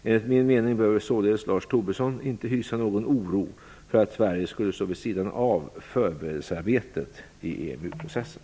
Enligt min mening behöver således Lars Tobisson inte hysa någon oro för att Sverige skulle stå vid sidan av förberedelsearbetet i EMU-processen.